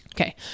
Okay